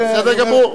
בסדר גמור.